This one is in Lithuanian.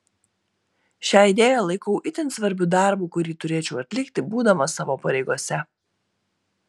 šią idėją laikau itin svarbiu darbu kurį turėčiau atlikti būdamas savo pareigose